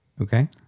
Okay